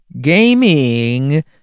gaming